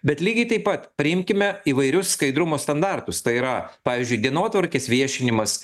bet lygiai taip pat priimkime įvairius skaidrumo standartus tai yra pavyzdžiui dienotvarkės viešinimas